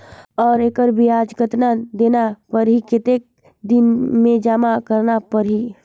और एकर ब्याज कतना देना परही कतेक दिन मे जमा करना परही??